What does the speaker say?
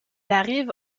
arrive